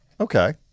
Okay